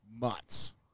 months